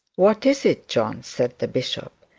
what is it, john said the bishop.